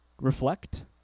reflect